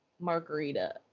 margarita